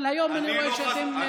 אבל היום אני רואה שאתם,